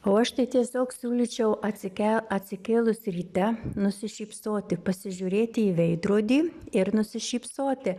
o aš tai tiesiog siūlyčiau atsike atsikėlus ryte nusišypsoti pasižiūrėti į veidrodį ir nusišypsoti